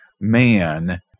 man